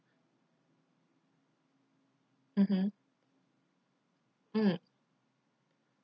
mmhmm mm